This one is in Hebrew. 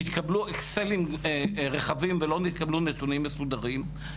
נתקבלו אקסלים רחבים ולא נתקבלו נתונים מסודרים.